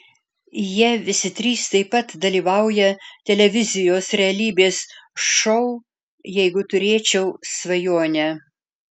jie visi trys taip pat dalyvauja televizijos realybės šou jeigu turėčiau svajonę